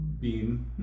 beam